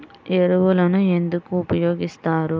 ఎరువులను ఎందుకు ఉపయోగిస్తారు?